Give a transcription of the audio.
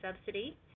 subsidy